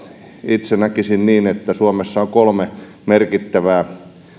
itse näkisin niin että suomessa on kolme merkittävää suuntaa